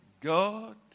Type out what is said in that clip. God